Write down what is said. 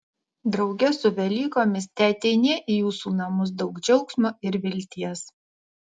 drauge su velykomis teateinie į jūsų namus daug džiaugsmo ir vilties